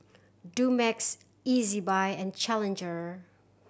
Dumex Ezbuy and Challenger